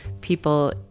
people